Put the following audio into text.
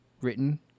written